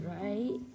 right